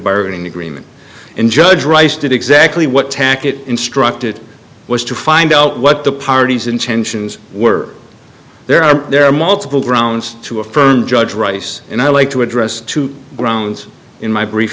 bargaining agreement and judge rice did exactly what tack it instructed was to find out what the party's intentions were there are there are multiple grounds to affirm judge rice and i'd like to address two grounds in my brief